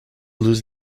lose